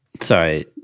sorry